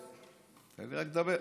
תן לי רק לדבר.